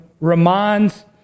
reminds